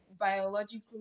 Biologically